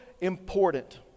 important